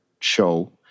show